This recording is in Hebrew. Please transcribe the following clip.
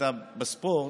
בספורט,